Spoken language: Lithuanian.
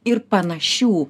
ir panašių